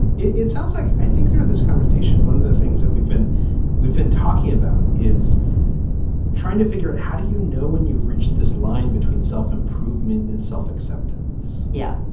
it sounds like i think throughout this conversation, one of the things that we've been we've been talking about is trying to figure out how do you know when you've reached this line between self-improvement and self acceptance? yeah.